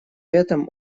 этом